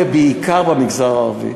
וזה בעיקר במגזר הערבי.